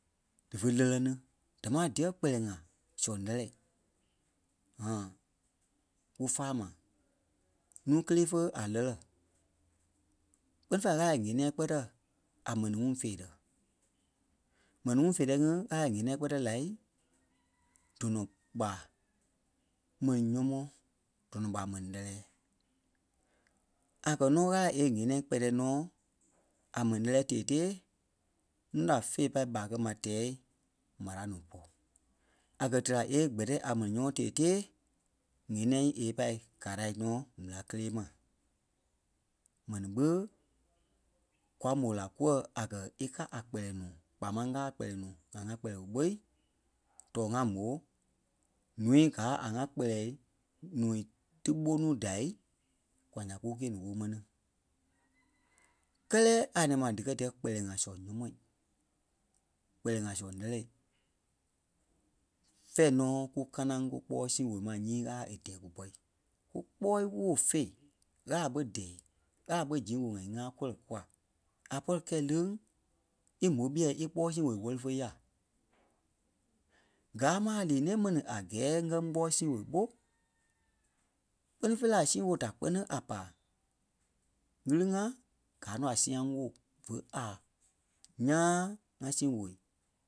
dífe lɛ́lɛ ni. Damaa díyɛɛ kpɛlɛɛ-ŋa soŋ lɛ́lɛ kú fâa ma, núu kelee fé a lɛ́lɛ. Kpɛ́ni fêi Ɣâla e ɣeniɛi kpɛ̀tɛ a mɛni ŋuŋ feerɛ. M̀ɛnii ŋuŋ feerɛi ŋí Ɣâla e ɣeniɛi kpɛtɛ lai dɔnɔ ɓa mɛni nyɔmɔɔ dɔnɔ ɓa mɛni lɛ́lɛɛ. A kɛ̀ nɔ Ɣâla ee ŋ̀éniɛi kpɛtɛ nɔ a mɛni lɛ́lɛɛ tee-tee núu da fé pâi ɓaa kɛ́ maa tɛɛ m̀araŋ nuu pɔ́. A kɛ́ téla ee kpɛtɛ nɔ́ a mɛni nyɔmɔɔ tee-tee ŋ̀éniɛi ee pâi kala nɔ m̀éla kélee ma. Mɛni ɓé kwa mó la kuwɔ̀ a kɛ́ í ká kpɛlɛɛ nuu kpaa máŋ ŋgaa a kpɛlɛɛ nuu ŋa ŋá kpɛlɛɛ-wóo ɓòi tɔɔ ŋa mó ǹúu gáa a ŋa kpɛlɛɛ nuu tí ɓó nuu da kwa ya kukîe-ni wóo mɛni. Kɛ́lɛ a nɛ̃ɛ ma díkɛ díyɛ̂ kpɛlɛɛ-ŋai soŋ nyɔ̀mɔɔ, kpɛlɛɛ-ŋai soŋ lɛ́lɛɛ fɛ̂ɛ nɔ kú kaŋaŋ kúkpɔɔi sîi-wóo ma nyii Ɣâla è dɛɛ kúpɔ. Kúkpɔɔi wóo féi Ɣâla ɓé dɛɛ, Ɣâla ɓé zii-wóo ŋa ŋ̀aa kɔlɔ kua. A pɔri kɛ̂i leŋ e mó ɓîɛ e kpɔɔi sii-wóo wɛ́li fé ya. Gáa ma a lîi-nɛ̃ɛ mɛni a gɛɛ ŋgɛ kpɔɔi sii-wóo ɓó kpɛ́ni fêi la sii wóo da kpɛni a pá ɣîle-ŋa gaa nɔ a siaŋ-woo fé a nyaŋ ŋa sîi wóo.